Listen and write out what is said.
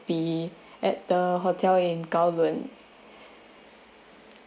be at the hotel in government